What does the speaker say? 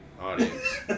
audience